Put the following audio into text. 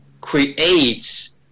creates